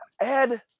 Ed